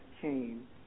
came